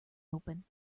open